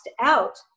out